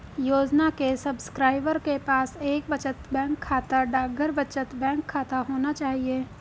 योजना के सब्सक्राइबर के पास एक बचत बैंक खाता, डाकघर बचत बैंक खाता होना चाहिए